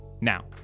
Now